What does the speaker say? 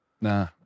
Nah